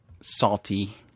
salty